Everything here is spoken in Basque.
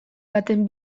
baten